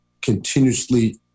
continuously